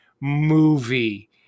movie